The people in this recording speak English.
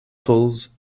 falls